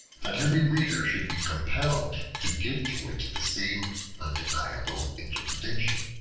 that every reader should be compelled to give to it the same undeniable interpretation.